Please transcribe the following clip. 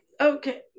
okay